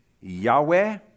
Yahweh